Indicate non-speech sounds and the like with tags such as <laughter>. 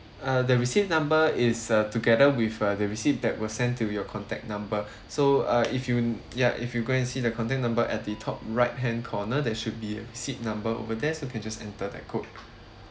uh they receipt number is uh together with uh the receipt that were sent to your contact number <breath> so uh if you ya if you go and see the contact number at the top right hand corner there should be a receipt number over there so can just enter the code